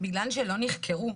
בגלל שהן לא נחקרו,